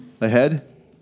ahead